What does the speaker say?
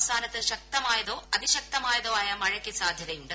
സംസ്ഥാനത്ത് ശക്തമായതോ അതിശക്തമായതോ ആയ മഴയ്ക്ക് സാധ്യതയുണ്ട്